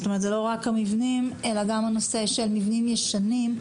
שזה לא רק בינוי המבנים אלא גם נושא מבנים ישנים,